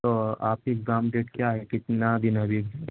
تو آپ کی ایگزام ڈیٹ کیا ہے کتنا دن ہے ابھی